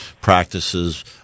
practices